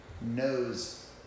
knows